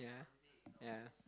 yeah yeah